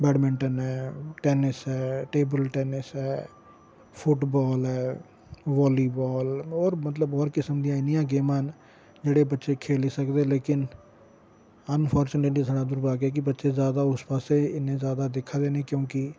badminton ऐ tennis ऐ table tennis ऐ फुटबाल ऐ वालीबाल ऐ होर मतलब होर किस्म दियां इन्नियां गेमां न जेह्ड़े बच्चे खेली सकदे लेकिन अनफारचूनेटली साढ़ा दुर्भाग्य ऐ के बच्चे ज्यादा उस पास्सै इन्ने ज्यादा दिक्खै दे गै नेईं क्योंकि